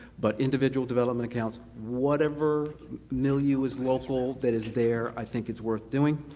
but individual development counseling, whatever milieu is local that is there, i think it's worth doing.